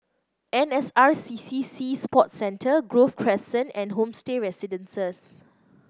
N S R C C Sea Sports Centre Grove Crescent and Homestay Residences